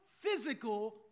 physical